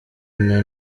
nta